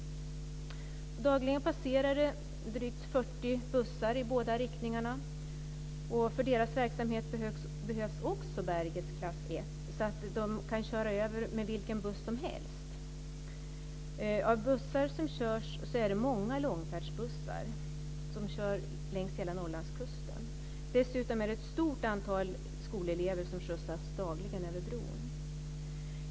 Dagligen passerar drygt 40 bussar i båda riktningarna. För den verksamheten behövs också bärighetsklass 1, så att man kan köra över med vilken buss som helst. Av de bussar som körs är många långfärdsbussar som kör längs hela Norrlandskusten. Dessutom är det ett stort antal skolelever som skjutsas dagligen över bron.